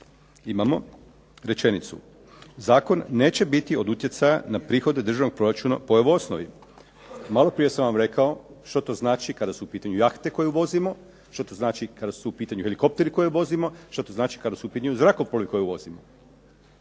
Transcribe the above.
imamo rečenicu: "zakon neće biti od utjecaja na prihode državnog proračuna po ovoj osnovi." Maloprije sam vam rekao što to znači kada su u pitanju jahte koju uvozimo, što to znači kada su u pitanju helikopteri koje uvozimo, što to znači kada su u pitanju zrakoplovi koje uvozimo.